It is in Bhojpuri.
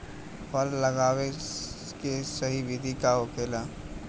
फल लगावे के सही विधि का होखेला?